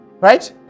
right